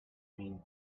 mean